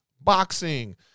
boxing